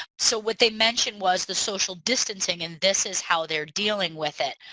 so what they mentioned was the social distancing and this is how they're dealing with it.